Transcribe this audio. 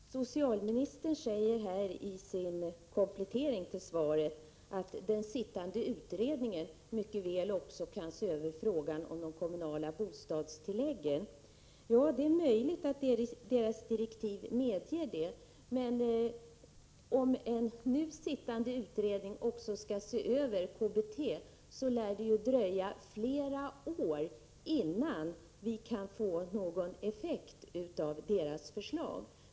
Herr talman! Socialministern säger i sin komplettering av svaret att den sittande utredningen mycket väl också kan se över frågan om de kommunala bostadstilläggen. Det är möjligt att utredningens direktiv medger det, men om den nu sittande utredningen också skall se över KBT lär det dröja flera år innan vi kan få någon effekt av dess förslag.